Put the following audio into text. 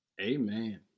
amen